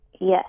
Yes